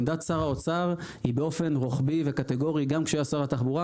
עמדת שר האוצר היא באופן רוחבי וקטגורי גם כשהיה שר התחבורה